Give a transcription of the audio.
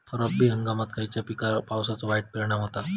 रब्बी हंगामात खयल्या पिकार पावसाचो वाईट परिणाम होता?